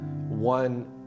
One